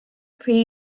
pre